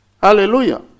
Hallelujah